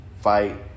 fight